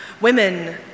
women